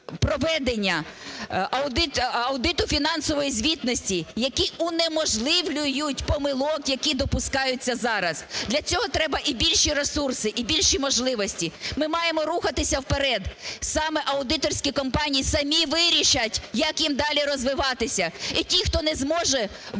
аудиту фінансової звітності, які унеможливлюють помилки, які допускаються зараз. Для цього треба і більші ресурси, і більші можливості. Ми маємо рухатися вперед. Саме аудиторські компанії самі вирішать, як їм далі розвиватися. І ті, хто не зможе виконувати